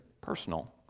personal